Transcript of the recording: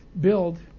build